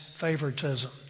favoritism